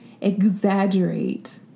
exaggerate